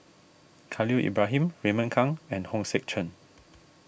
Khalil Ibrahim Raymond Kang and Hong Sek Chern